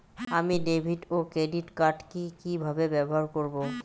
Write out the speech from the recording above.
আমি ডেভিড ও ক্রেডিট কার্ড কি কিভাবে ব্যবহার করব?